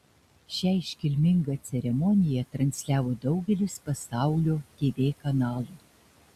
šią iškilmingą ceremoniją transliavo daugelis pasaulio tv kanalų